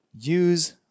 use